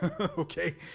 Okay